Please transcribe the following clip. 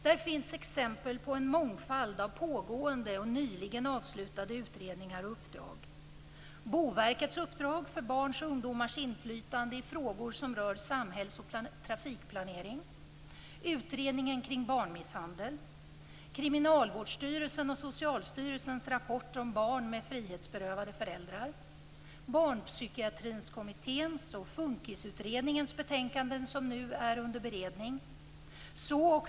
Där finns exempel på en mångfald av pågående och nyligen avslutade utredningar och uppdrag: utredningens betänkanden som är under beredning.